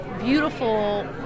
beautiful